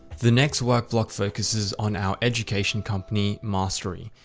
the next work block focuses on our education company, mastery.